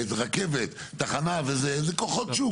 רכבת, תחנה וזה, זה כוחות שוק.